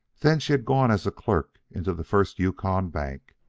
then she had gone as a clerk into the first yukon bank.